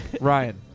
Ryan